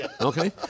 okay